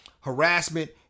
Harassment